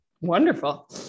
Wonderful